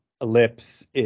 ellipse